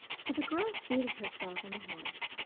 so the girl seated herself on the horse,